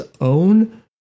own